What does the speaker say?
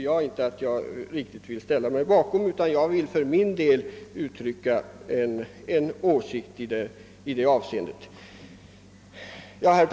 Jag vill inte ställa mig bakom detta utan vill för min del tillkännage en åsikt.